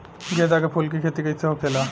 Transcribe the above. गेंदा के फूल की खेती कैसे होखेला?